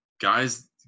guys